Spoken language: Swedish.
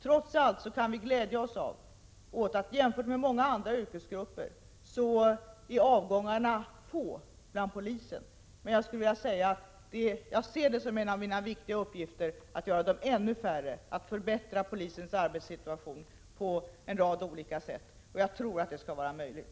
Trots allt kan vi glädja oss åt att avgångarna är få bland poliserna jämfört med andra yrkesgrupper. Men jag ser det som en av mina viktigaste uppgifter att göra dem ännu färre, att förbättra polisens arbetssituation på en rad olika sätt, Jag tror att det skall vara möjligt.